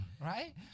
right